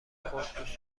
خورد